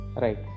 Right